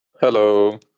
Hello